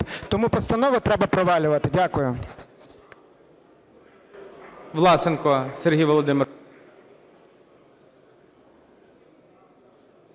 Тому постанови треба провалювати. Дякую.